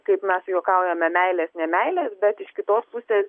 kaip mes juokaujame meilės nemeilės bet iš kitos pusės